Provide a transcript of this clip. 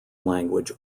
language